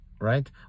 Right